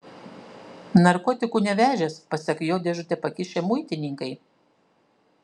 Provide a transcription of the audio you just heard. narkotikų nevežęs pasak jo dėžutę pakišę muitininkai